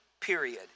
Period